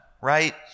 right